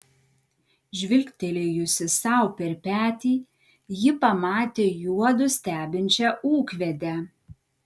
žvilgtelėjusi sau per petį ji pamatė juodu stebinčią ūkvedę